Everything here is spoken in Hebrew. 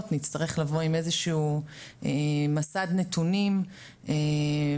נצטרך לבוא עם איזה שהוא מסד נתונים מסוכם,